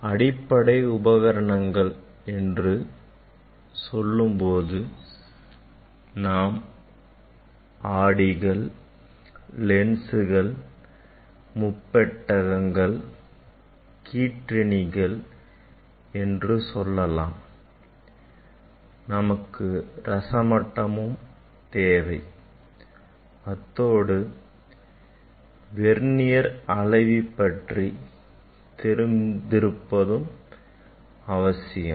அடிப்படை உபகரணங்கள் என்று சொல்லும் பொழுது நாம் ஆடிகள் லென்சுகள் முப்பெட்டகங்கள் கீற்றணிகள் என்று சொல்லலாம் நமக்கு ரசமட்டமும் தேவை அத்தோடு வெர்னியர் அளவி பற்றி தெரிந்திருப்பது அவசியம்